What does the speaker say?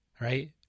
right